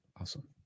Awesome